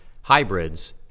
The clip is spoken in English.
hybrids